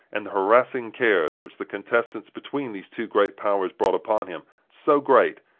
and the harassing cares which the contests between these two great powers brought upon him, so great,